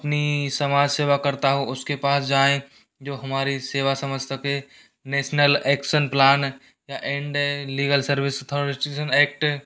अपनी समाज सेवा करता हो उसके पास जाए जो हमारी सेवा समझ सके national action plan and legal service authorities act